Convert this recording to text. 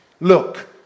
Look